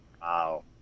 Wow